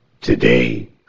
today